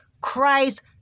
Christ